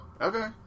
Okay